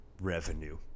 revenue